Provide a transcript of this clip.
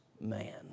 man